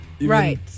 Right